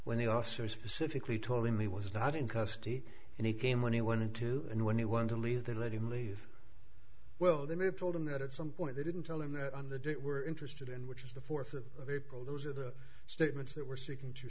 when the officer specifically told him he was not in custody and he came when he wanted to and when he wanted to leave then let him leave well they may have told him that at some point they didn't tell him that on the day it were interested in which is the fourth of april those are the statements that we're seeking to